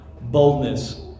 boldness